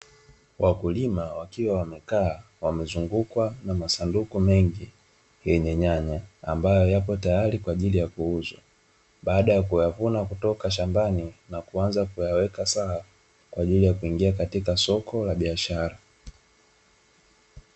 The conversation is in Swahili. Wakulima wakiwa wamekaa, wamezungukwa na masunduku mengi yenye nyanya, ambayo yapo tayari kwa ajili ya kuuzwa. Baada ya kuyavuna kutoka shambani, na kuanza kuyaweka sawa, kwa ajili ya kuingia katika soko la biashara.